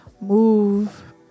move